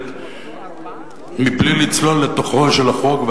מתנגדת מבלי לצלול לתוכו של החוק.